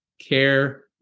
care